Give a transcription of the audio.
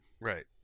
Right